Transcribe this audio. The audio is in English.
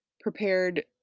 prepared